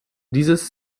dieses